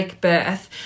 birth